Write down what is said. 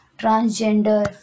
transgender